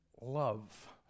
love